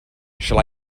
shall